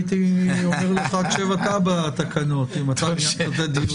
הייתי אומר לך: שב אתה בתקנות אם אתה ניהלת את הדיון.